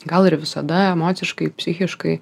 gal ir visada emociškai psichiškai